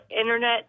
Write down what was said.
internet